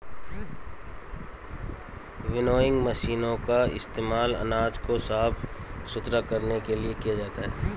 winnowing मशीनों का इस्तेमाल अनाज को साफ सुथरा करने के लिए किया जाता है